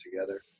together